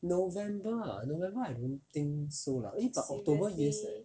november ah november I don't think so lah eh but october yes